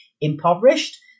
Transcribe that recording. Impoverished